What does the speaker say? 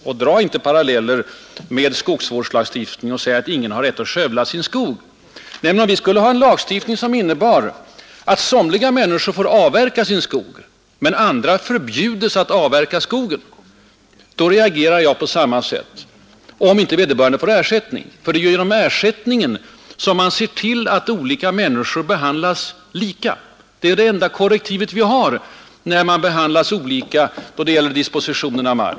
Och dra inte paralleller med skogsvårdslagstiftningen och säg att ingen har rätt att skövla sin skog. Nej, men om vi skulle ha en lagstiftning som innebar att somliga människor får normalt avverka sin skog men andra förbjudes att avverka skogen, då reagerar jag på samma sätt, om inte vederbörande som drabbas av förbud får ersättning. Det är ju genom ersättningsrätten som man skapar möjlighet till allas lika behandling. Det är det enda korrektiv vi har mot olika behandling i fråga om dispositionen av mark.